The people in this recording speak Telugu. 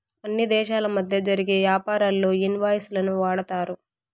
అన్ని దేశాల మధ్య జరిగే యాపారాల్లో ఇన్ వాయిస్ లను వాడతారు